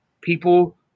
people